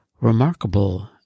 remarkable